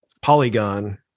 polygon